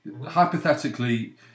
Hypothetically